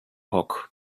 hawk